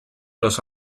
los